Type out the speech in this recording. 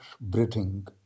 breathing